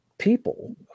People